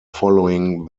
following